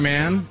Man